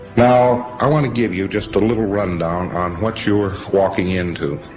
now, i want to give you just a little run-down on what you are walking into.